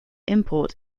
import